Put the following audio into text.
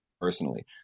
personally